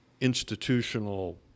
institutional